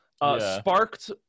Sparked